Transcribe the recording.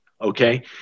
okay